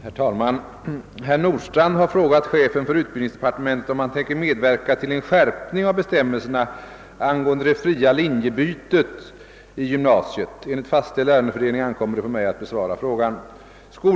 Herr talman! Herr Nordstrandh har frågat chefen för utbildningsdepartementet om han tänker medverka till en skärpning av bestämmelserna angående det fria linjebytet i gymnasiet. Enligt fastställd ärendefördelning ankommer det på mig att besvara frågan.